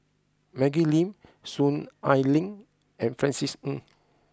Maggie Lim Soon Ai Ling and Francis Ng